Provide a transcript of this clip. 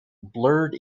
blurred